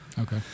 okay